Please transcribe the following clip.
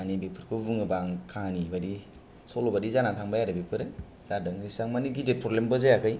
मानि बेफोरखौ बुङोबा आं खाहानि बायदि सल' बायदि जाननै थांबाय आरो बेफोरो जादों एसेबां मानि गिदिर फ्रब्लेमबो जायाखै